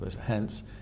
hence